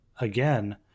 again